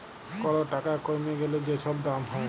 call টাকা কইমে গ্যালে যে ছব দাম হ্যয়